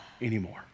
anymore